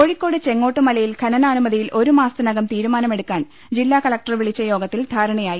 കോഴിക്കോട് ചെങ്ങോട്ടുമലയിൽ ഖനനാനുമതിയിൽ ഒരു മാസ ത്തിനകം തീരുമാനമെടുക്കാൻ ജില്ലാകലക്ടർ വിളിച്ച യോഗത്തിൽ ധാരണയായി